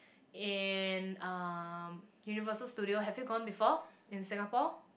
and um Universal-Studio have you gone before in Singapore